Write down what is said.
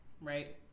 right